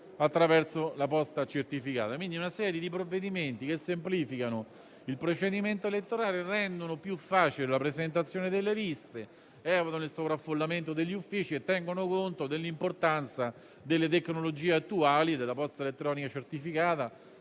attraverso la posta certificata. Si tratta, quindi, di una serie di elementi che semplificano il procedimento elettorale, rendono più facile la presentazione delle liste, evitano il sovraffollamento degli uffici e tengono conto dell'importanza delle tecnologie attuali, come la posta elettronica certificata,